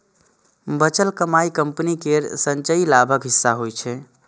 बचल कमाइ कंपनी केर संचयी लाभक हिस्सा होइ छै